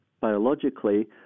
biologically